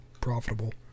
profitable